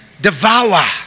devour